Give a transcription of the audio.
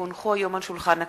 כי הונחו היום על שולחן הכנסת,